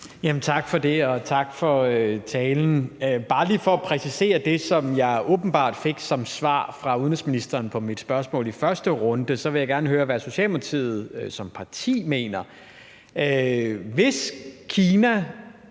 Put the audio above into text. Tak for det, og tak for talen. Bare lige for at få præciseret det, som jeg fik som svar fra udenrigsministeren på mit spørgsmål i første runde, vil jeg gerne høre, hvad Socialdemokratiet som parti mener, hvis Kina